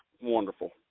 wonderful